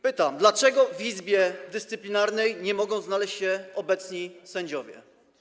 Pytam, dlaczego w Izbie Dyscyplinarnej nie mogą znaleźć się obecni sędziowie.